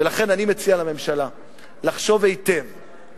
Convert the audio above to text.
ולכן אני מציע לממשלה לחשוב היטב,